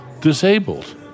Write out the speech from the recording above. disabled